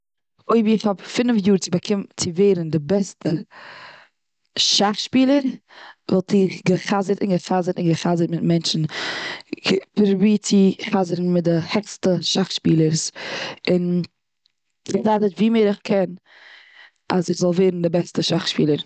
אויס איך האב פינעף יאר צו באקן- צו ווערן די בעסטע שאך שפילער. וואלט איך גע'חזרט און גע'חזרט און גע'חזרט מיט מענטשן. פרובירט צו חזר'ן מיט די גרעסטע שאך שפילערס און גע'חזרט ווי מער איך קען אז איך זאל ווערן די בעסטע שאך שפילער.